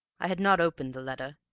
i had not opened the letter,